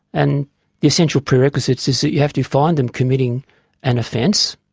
and the essential prerequisites is that you have to find them committing an offence,